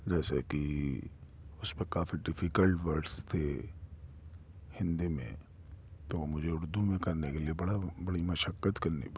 جیسے کہ اس پر کافی ڈیفیکلٹ ورڈس تھے ہندی میں تو مجھے اردو میں کرنے کے لیے بڑا بڑی مشقت کرنی پڑی